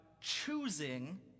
choosing